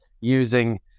using